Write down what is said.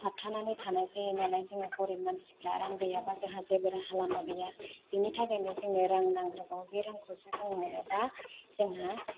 थाबथानानै थानाय जायो नालाय जोङो गरिब मानसिफ्रा रां गैयाबा जोंहा जेबो राहा लामा गैया बेनि थाखायनो जोंनो रां नांग्रोगौ बे रांखौसो जों मोनबा जोंहा